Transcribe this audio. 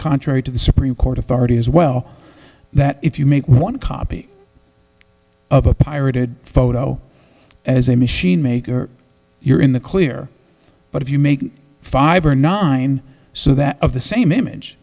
contrary to the supreme court authority as well that if you make one copy of a pirated photo as a machine maker you're in the clear but if you make five or nine so that of the same image